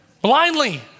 blindly